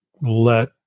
let